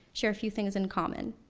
share a few things in common.